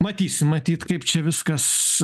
matysim matyt kaip čia viskas